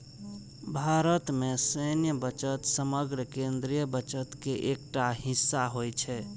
भारत मे सैन्य बजट समग्र केंद्रीय बजट के एकटा हिस्सा होइ छै